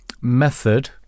method